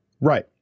Right